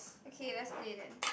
okay let's play then